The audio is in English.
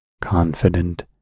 confident